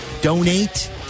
donate